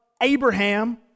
Abraham